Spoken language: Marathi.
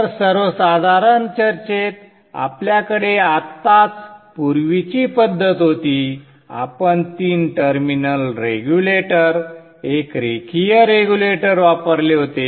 तर सर्वसाधारण चर्चेत आपल्याकडे आत्ताच पूर्वीची पद्धत होती आपण तीन टर्मिनल रेग्युलेटर एक रेखीय रेग्युलेटर वापरले होते